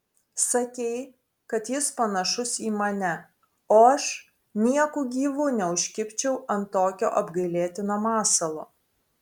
sakei kad jis panašus į mane o aš nieku gyvu neužkibčiau ant tokio apgailėtino masalo